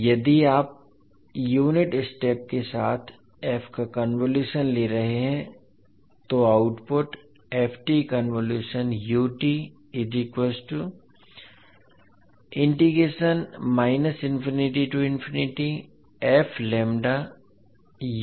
अब यदि आप यूनिट स्टेप के साथ f का कन्वोलुशन ले रहे हैं तो आउटपुट होगा